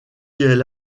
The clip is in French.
elle